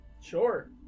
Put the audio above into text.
Sure